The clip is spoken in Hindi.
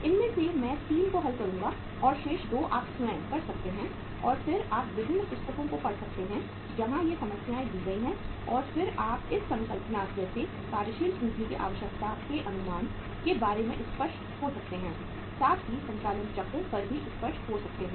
इसमें से मैं 3 को हल करूँगा और शेष 2 आप स्वयं कर सकते हैं और फिर आप विभिन्न पुस्तकों को पढ़ सकते हैं जहाँ ये समस्याएँ दी गई हैं और फिर आप इस संकल्पना जैसे कार्यशील पूंजी की आवश्यकता के अनुमान के बारे में स्पष्ट हो सकते हैं साथ ही संचालन चक्र पर भी स्पष्ट हो सकते हैं